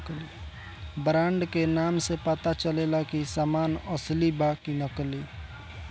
brand के नाम से पता चलेला की सामान असली बा कि नकली